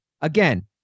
again